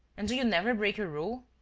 and do you never break your rule?